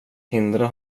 hindra